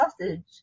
sausage